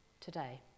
today